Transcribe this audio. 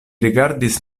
rigardis